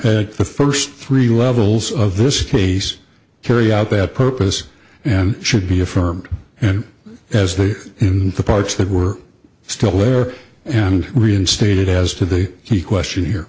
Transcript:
decision the first three levels of this case carry out that purpose and should be affirmed and as the in the parts that were still there and reinstated as to the key question here